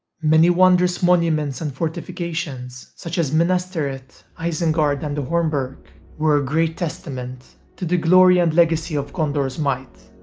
many wondrous monuments and fortifications such as minas tirith, isengard and the hornburg, were a great testament to the glory and legacy of gondor's might,